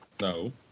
No